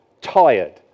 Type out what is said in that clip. Tired